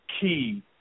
key